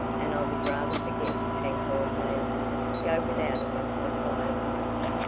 and i would rather forget pangborn than go without a month's supply of fudge.